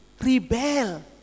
rebel